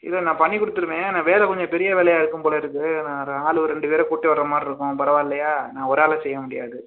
இல்லை நான் பண்ணி கொடுத்துடுவேன் ஆனால் வேலை கொஞ்சம் பெரிய வேலையாக இருக்கும் போல இருக்குது நான் வேறு ஆளுவோ ஒரு ரெண்டு பேரை கூட்டு வரமாதிரி இருக்கும் பரவா இல்லையா நான் ஒரு ஆளே செய்ய முடியாது